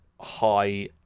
high